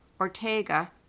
Ortega